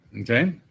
Okay